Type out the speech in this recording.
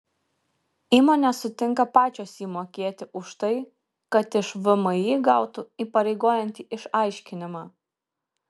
įmonės sutinka pačios jį mokėti už tai kad iš vmi gautų įpareigojantį išaiškinimą